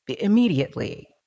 immediately